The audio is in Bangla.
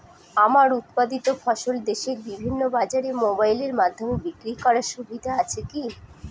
আমার উৎপাদিত ফসল দেশের বিভিন্ন বাজারে মোবাইলের মাধ্যমে বিক্রি করার সুবিধা আছে কি?